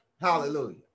Hallelujah